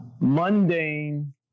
mundane